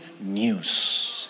news